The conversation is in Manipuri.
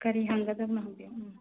ꯀꯔꯤ ꯍꯪꯒꯗꯕꯅꯣ ꯍꯪꯕꯤꯌꯨ ꯎꯝ